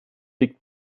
liegt